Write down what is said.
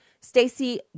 Stacey